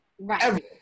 right